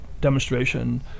demonstration